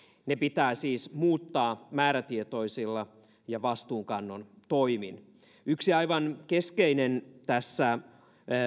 ne pitää siis muuttaa määrätietoisin ja vastuunkannon toimin yksi aivan keskeinen asia tässä